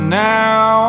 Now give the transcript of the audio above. now